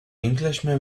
englishman